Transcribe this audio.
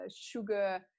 sugar